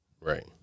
Right